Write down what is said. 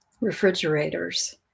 refrigerators